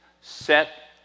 set